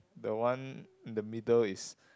the one in the middle is